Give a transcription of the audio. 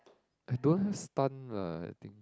I don't have stun lah I think